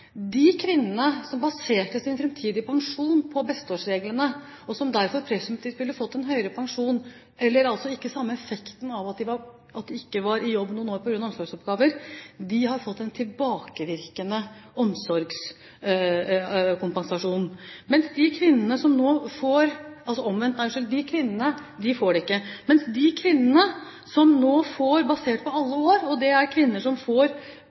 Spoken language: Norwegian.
De kvinnene som baserte sin framtidige pensjon på besteårsregelen, og som derfor presumptivt ville fått en høyere pensjon, eller ikke samme effekten av at de ikke var i jobb noen år på grunn av omsorgsoppgaver, har ikke fått en tilbakevirkende omsorgskompensasjon, mens de kvinnene som nå får pensjon basert på alle år, er kvinner som får